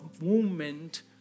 movement